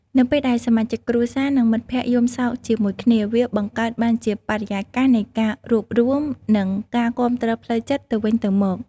នៅពេលដែលសមាជិកគ្រួសារ និងមិត្តភក្តិយំសោកជាមួយគ្នា វាបង្កើតបានជាបរិយាកាសនៃការរួបរួម និងការគាំទ្រផ្លូវចិត្តទៅវិញទៅមក។